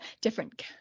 different